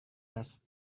است